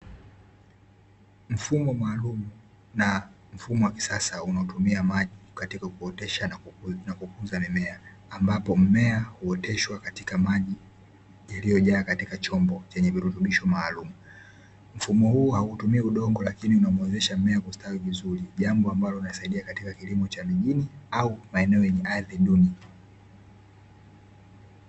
Mfumo maalumu na mfumo wa kisasa unaotumia maji katika kuotesha na kukuza mmea ambapo mmea huoteshwa katika maji yaliyojaa katika chombo chenye virutubisho maalumu. Mfumo huu hautumii udongo lakini unauwezesha mmea kustawi vizuri, jambo ambalo linasaidia katika kilimo cha mijini au maeneo yenye ardhi duni.